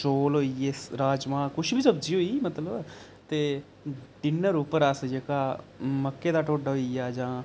चौल होई गे राजमांह् किश बी सब्जी होई मतलब ते डिनर उप्पर अस जेह्का मक्कें दा ढोड्डा होई गेआ जां